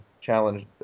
challenged